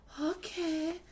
okay